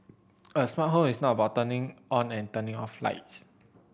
a smart home is not about turning on and turning off lights